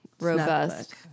Robust